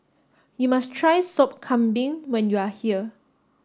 you must try Sop Kambing when you are here